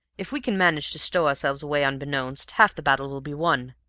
if we can manage to stow ourselves away unbeknownst, half the battle will be won.